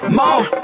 more